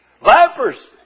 vipers